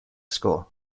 score